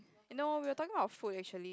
no we were talking about food actually